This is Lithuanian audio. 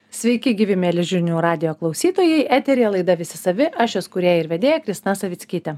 sveiki gyvi mieli žinių radijo klausytojai eteryje laida visi savi aš jos kūrėja ir vedėja kristina savickytė